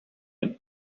and